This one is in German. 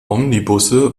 omnibusse